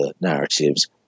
narratives